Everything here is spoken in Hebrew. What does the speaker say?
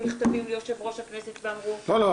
במכתבים ליושב-ראש הכנסת ואמרו --- לא,